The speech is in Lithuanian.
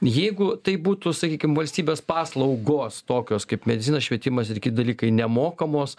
jeigu tai būtų sakykim valstybės paslaugos tokios kaip medicina švietimas ir kiti dalykai nemokamos